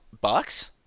Bucks